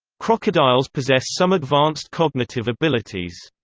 crocodiles possess some advanced cognitive abilities.